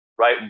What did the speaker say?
right